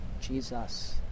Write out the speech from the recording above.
Jesus